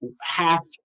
half